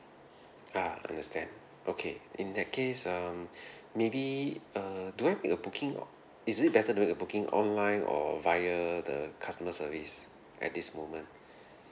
ah understand okay in that case um maybe err do I make a booking is it better doing a booking online or via the customer service at this moment